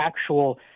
actual